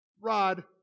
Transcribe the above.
Rod